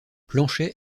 planchet